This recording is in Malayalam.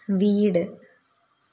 വീട്